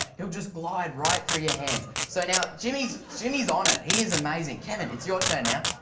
he'll just glide right through your hands. so, now jimmy's jimmy's on it. he is amazing. kevin, it's your turn now.